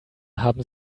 haben